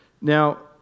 Now